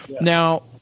Now